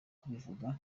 kubivuga